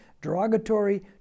derogatory